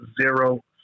zero